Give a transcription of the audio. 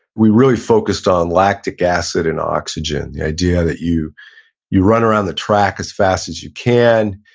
we really focused on lactic acid and oxygen, the idea that you you run around the track, as fast as you can.